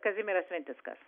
kazimieras sventickas